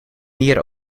mier